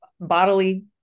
bodily